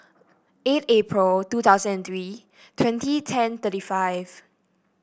eight April two thousand and three twenty ten thirty five